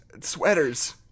sweaters